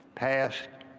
past,